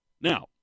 Now